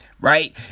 Right